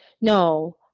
No